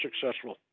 successful